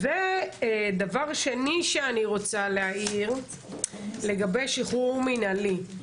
ודבר שני שאני רוצה להעיר, לגבי שחרור מינהלי.